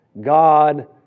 God